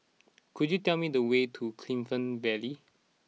could you tell me the way to Clifton Vale